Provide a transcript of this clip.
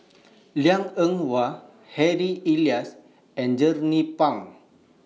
Liang Eng Hwa Harry Elias and Jernnine Pang